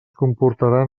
comportaran